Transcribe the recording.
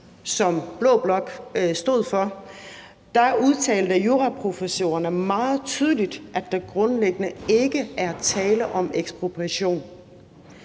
som blå blok stod for, udtalte juraprofessorerne meget tydeligt, at der grundlæggende ikke er tale om ekspropriation